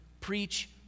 preach